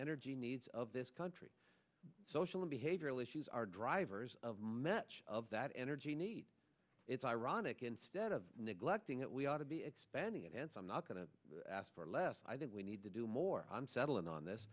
energy needs of this country social and behavioral issues our drivers of much of that energy need it's ironic instead of neglecting it we ought to be expanding it and i'm not going to ask for less i think we need to do more on settling on this